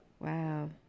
Wow